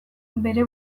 bere